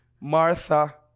Martha